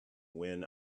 when